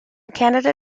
canada